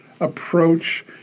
approach